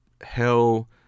hell